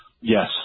yes